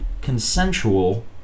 consensual